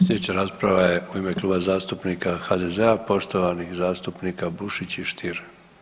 Sljedeća rasprava je u ime Kluba zastupnika HDZ-a poštovanih zastupnika Bušić i Stier.